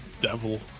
devil